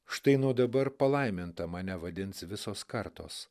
štai nuo dabar palaiminta mane vadins visos kartos